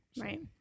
Right